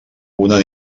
una